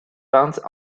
peinte